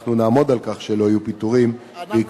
ואנחנו נעמוד על כך שלא יהיו פיטורים בעקבות,